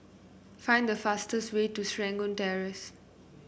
find the fastest way to Serangoon Terrace